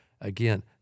Again